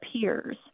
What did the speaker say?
peers